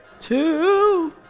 Two